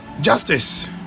Justice